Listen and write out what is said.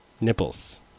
nipples